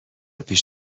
پیش